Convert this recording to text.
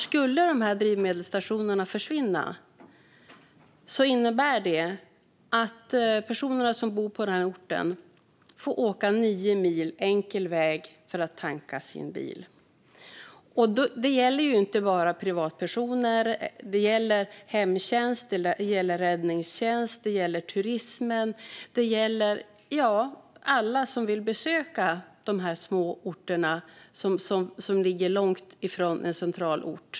Skulle drivmedelsstationerna försvinna skulle det innebära att personerna som bor på den här orten får köra nio mil enkel väg för att tanka bilen. Och det gäller ju inte bara privatpersoner. Det gäller hemtjänsten. Det gäller räddningstjänsten. Det gäller turismen. Det gäller alla som vill besöka de här små orterna som ligger långt från en centralort.